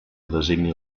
designi